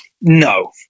No